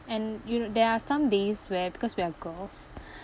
and you know there are some days where because we are girls